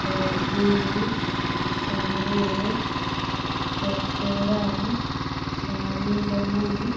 ବଗିଚାରୁ ପୋକରା ବାଇଗଣ